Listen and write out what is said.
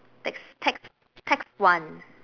tax tax tax one